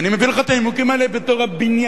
ואני מביא לך את הנימוקים האלה בתור הבנימין,